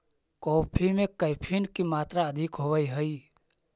coffee में caffeine की मात्रा अधिक होवअ हई